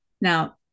now